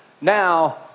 Now